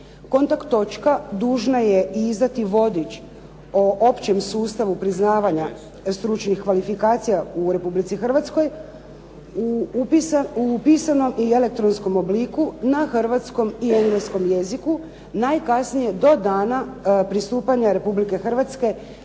Kontakt točka dužna je izdati i vodič o općem sustavu priznavanja stručnih kvalifikacija u Republici Hrvatskoj u pisanom i elektronskom obliku na hrvatskom i engleskom jeziku najkasnije do dana pristupanja Republike Hrvatske